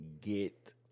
get